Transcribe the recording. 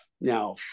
Now